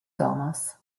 thomas